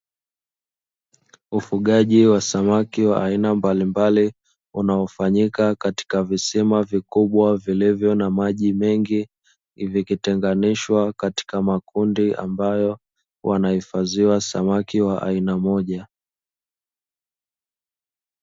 Ufugaji wa samaki wa aina mbalimbali unaofanyika katika visima vikubwa vilivyo na maji mengi, vikitenganishwa katika makundi ambayo wanahifadhiwa samaki wa aina moja.